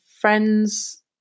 friends